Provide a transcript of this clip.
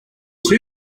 two